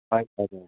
फाइटहरू